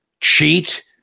cheat